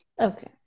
Okay